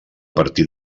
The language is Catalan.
partir